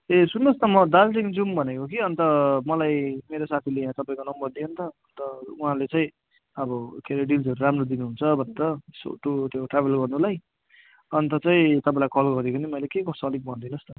ए सुन्नुहोस् न म दार्जिलिङ जाऊँ भनेको कि अन्त मलाई मेरो साथीले यहाँ तपाईँको नम्बर दियो नि त अन्त उहाँले चाहिँ अब के अरे डिल्सहरू राम्रो दिनुहुन्छ भनेर यसो टुर त्यो ट्राभल गर्नुलाई अन्त चाहिँ तपाईँलाई कल गरेको नि मैले के कसो अलिक भनिदिनु होस् न